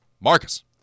Marcus